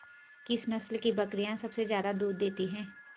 किस नस्ल की बकरीयां सबसे ज्यादा दूध देती हैं?